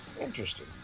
Interesting